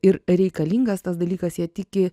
ir reikalingas tas dalykas jie tiki